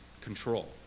control